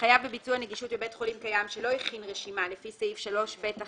חייב בביצוע נגישות בבית חולים קיים שלא הכין רשימה לפי סעיף 3(ב)(2)